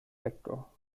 vektor